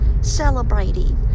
celebrating